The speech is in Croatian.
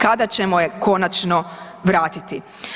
Kada ćemo je konačno vratiti?